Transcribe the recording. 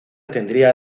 tendría